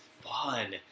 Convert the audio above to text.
fun